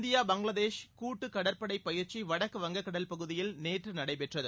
India Bangladesh கூட்டு கடற்படை பயிற்சி வடக்கு வங்கக் கடல் பகுதியில் நேற்று நடைபெற்றகு